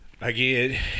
again